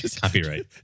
Copyright